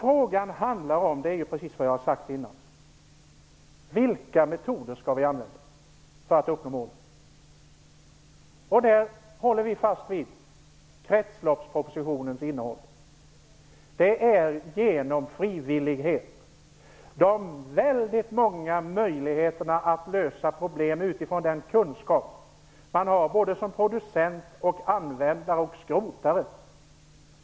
Frågan handlar ju precis om det som jag har sagt tidigare, nämligen vilka metoder vi skall använda för att uppnå målen. Där håller vi fast vid kretsloppspropositionens innehåll. Det är genom frivillighet de många möjligheterna att lösa problem utifrån den kunskap man har som producent, användare och skrotare finns.